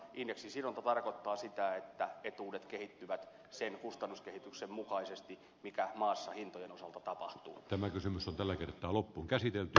indeksisidonta tarkoittaa sitä että etuudet kehittyvät sen kustannuskehityksen mukaisesti mikä maassa hintojen osalta tapahtuu tämä kysymys on tällä kertaa loppuunkäsitelty